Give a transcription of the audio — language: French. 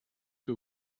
que